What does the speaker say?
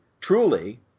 truly